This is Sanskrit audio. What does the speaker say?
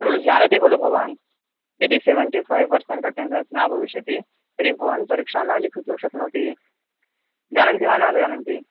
रूल्स् जानाति खलु भवान् यदि सेवेन्टि फ़ैव् पर्सेण्ट् अट्टेन्डेन्स् न भविष्यति तर्हि भवान् परीक्षां न लिखितुं शक्नोति जानन्ति वा न जानन्ति